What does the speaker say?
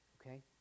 Okay